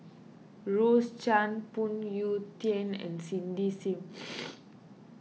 Rose Chan Phoon Yew Tien and Cindy Sim